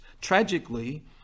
Tragically